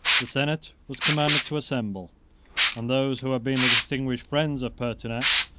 the senate was commanded to assemble and those who had been the distinguished friends of pertinax,